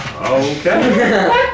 Okay